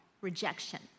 rejection